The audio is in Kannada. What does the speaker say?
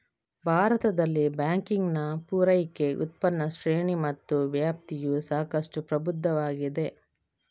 ಭಾರತದಲ್ಲಿ ಬ್ಯಾಂಕಿಂಗಿನ ಪೂರೈಕೆ, ಉತ್ಪನ್ನ ಶ್ರೇಣಿ ಮತ್ತು ವ್ಯಾಪ್ತಿಯು ಸಾಕಷ್ಟು ಪ್ರಬುದ್ಧವಾಗಿದೆ